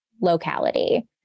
locality